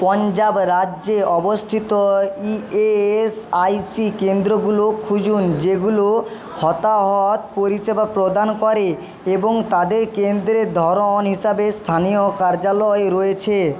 পঞ্জাব রাজ্যে অবস্থিত E S I C কেন্দ্রগুলো খুঁজুন যেগুলো হতাহত পরিষেবা প্রদান করে এবং তাদের কেন্দ্রের ধরন হিসাবে স্থানীয় কার্যালয় রয়েছে